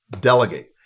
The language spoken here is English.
delegate